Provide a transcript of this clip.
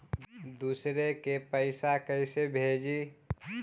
दुसरे के पैसा कैसे भेजी?